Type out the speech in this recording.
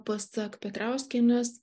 pasak petrauskienės